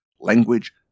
language